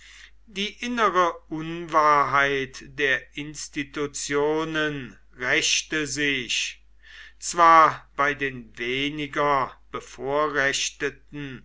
die innere unwahrheit der institutionen rächte sich zwar bei den weniger bevorrechteten